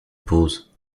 pause